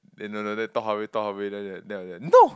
then after that talk halfway talk halfway then after that then I like no